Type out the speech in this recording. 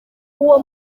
uwo